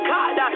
God